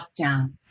lockdown